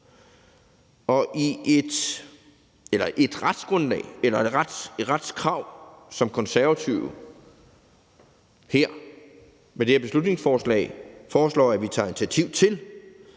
hjemmel til det, og et et retskrav, som Konservative med det her beslutningsforslag foreslår at vi tager initiativ til,